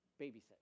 babysit